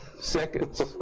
seconds